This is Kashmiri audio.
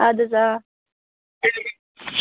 اَد حظ آ